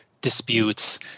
disputes